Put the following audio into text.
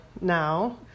now